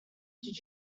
did